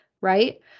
right